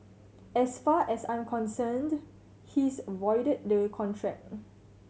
as far as I'm concerned he is voided the contract